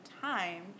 time